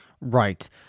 Right